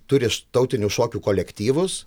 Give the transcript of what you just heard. turi tautinių šokių kolektyvus